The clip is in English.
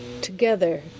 Together